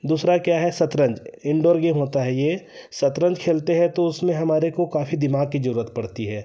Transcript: दूसरा क्या है शतरंज इंडॉर गेम होता है यह शतरंज खेलते हैं तो उसमें हमारे को काफ़ी दिमाग की ज़रूरत पड़ती है